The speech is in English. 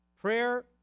Prayer